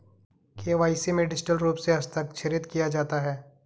KYC में digital रूप से हस्ताक्षरित किया जाता है